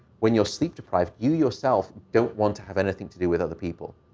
when you're sleep-deprived, you yourself don't want to have anything to do with other people.